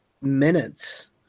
minutes